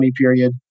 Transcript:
period